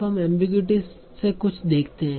अब हम एमबीगुइटी से कुछ देखते हैं